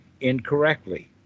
incorrectly